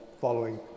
following